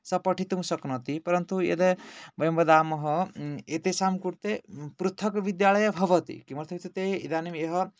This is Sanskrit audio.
सः पठितुं शक्नोति परन्तु यदा वयं वदामः एतेषां कृते पृथक् विद्यालयः भवति किमर्थमित्युक्ते इदानीं यः